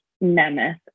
mammoth